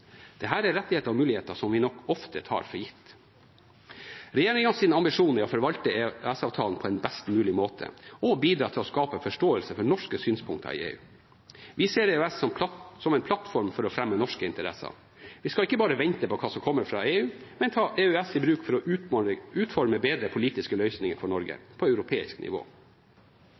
er rettigheter og muligheter som vi nok ofte tar for gitt. Regjeringens ambisjon er å forvalte EØS-avtalen på en best mulig måte og bidra til å skape forståelse for norske synspunkter i EU. Vi ser EØS som en plattform for å fremme norske interesser. Vi skal ikke bare vente på hva som kommer fra EU, men ta EØS i bruk for å utforme bedre politiske løsninger for Norge på europeisk nivå.